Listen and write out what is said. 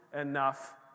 enough